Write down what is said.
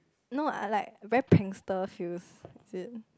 no I like very prankster feels is it